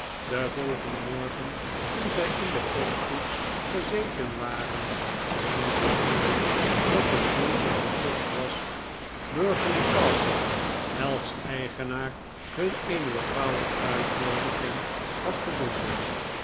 den volgenden morgen toen zij in de postkoets gezeten waren vernam grimaldi dat het doel van hun tocht was berkeley castle welks eigenaar hun eene bepaalde uitnoodiging had gezonden